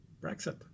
Brexit